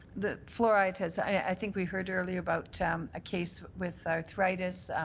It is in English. that fluoride has i think we heard earlier about a case with arthritis.